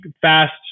fast